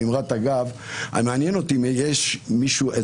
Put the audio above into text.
באמרת אגב אומר שמעניין אותי אם יש יועץ